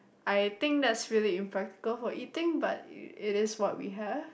I think that's really impractical for eating but it it is what we have